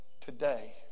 today